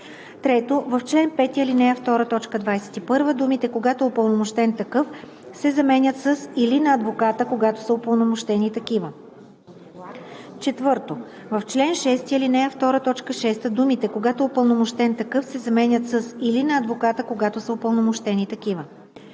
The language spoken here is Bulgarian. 3. В чл. 5, ал. 2, т. 21 думите „когато е упълномощен такъв“ се заменят с „или на адвоката, когато са упълномощени такива“. 4. В чл. 6, ал. 2, т. 6 думите „когато е упълномощен такъв“ се заменят с „или на адвоката, когато са упълномощени такива“.